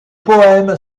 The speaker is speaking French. poème